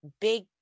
big